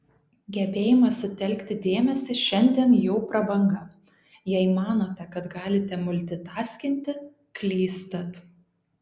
gebėjimas sutelkti dėmesį šiandien jau prabanga jei manote kad galite multitaskinti klystat